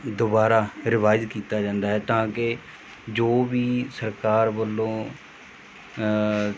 ਦੁਬਾਰਾ ਰਿਵਾਈਜ਼ ਕੀਤਾ ਜਾਂਦਾ ਹੈ ਤਾਂ ਕਿ ਜੋ ਵੀ ਸਰਕਾਰ ਵੱਲੋਂ